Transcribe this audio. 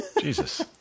Jesus